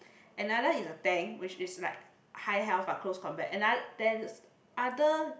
another is a tank which is like high health but close combat another there's other